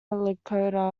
lakota